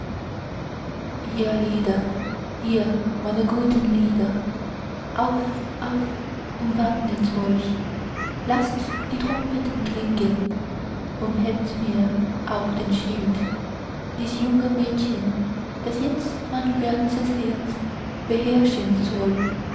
ihr lieder ihr meine guten lieder auf auf und wappnet euch laßt die trompeten klingen und hebt mir auf den schild dies junge mädchen das jetzt mein ganzes herz beherrschen soll